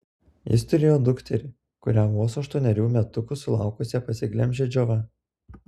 jis turėjo dukterį kurią vos aštuonerių metukų sulaukusią pasiglemžė džiova